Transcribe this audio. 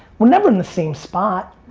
we're never in the same spot.